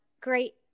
great